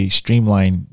streamline